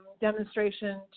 demonstration